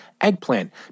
eggplant